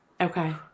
Okay